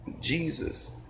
Jesus